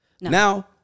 Now